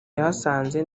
yahasanze